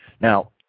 Now